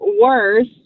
worse